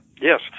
Yes